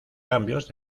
cambios